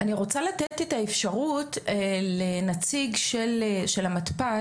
אני רוצה לתת את האפשרות לנציג של המתפ"ש,